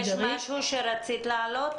יש משהו שרצית להעלות?